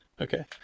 Okay